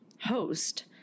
host